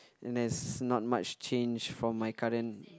there's not much change from my current